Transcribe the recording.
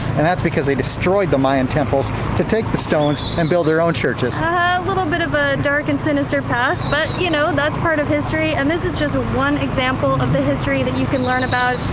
and that's because they destroyed the mayan temples to take the stones and build their own churches. ah a little bit of a dark and sinister past but you know that's part of history, and this is just one example of the history that you can learn about,